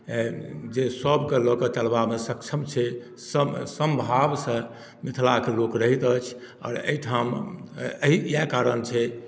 जे सभकेँ लऽ कऽ चलबामे सक्षम छै सम समभावसँ मिथिलाके लोक रहैत अछि आओर एहिठाम एही इएह कारण छै